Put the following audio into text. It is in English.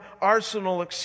arsenal